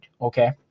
Okay